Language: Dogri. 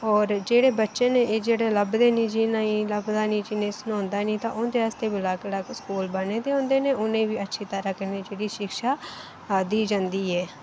और जेह्ड़े बच्चे न एह् जेह्ड़े लभदा नी जिनेंगी लभदा नी जिनेंगी सनोंदा नी ता औंदे आस्तै बी अलग अलग स्कूल बने दे होंदे नै उनेंगी बी अच्छी तरह कन्नै शिक्षा दी जंदी ऐ